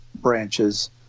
branches